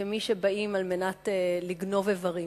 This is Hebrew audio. כמי שבאים על מנת לגנוב איברים.